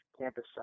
campus